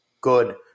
good